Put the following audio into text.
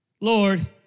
Lord